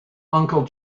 uncle